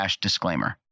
disclaimer